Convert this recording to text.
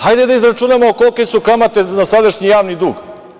Hajde da izračunamo kolike su kamate na sadašnji javni dug.